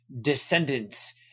descendants